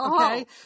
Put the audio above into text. Okay